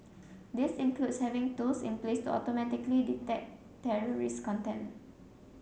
this includes having tools in place to automatically detect terrorist content